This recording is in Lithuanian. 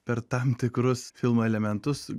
per tam tikrus filmo elementus